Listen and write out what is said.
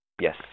Yes